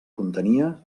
contenia